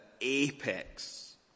apex